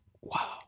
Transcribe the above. Wow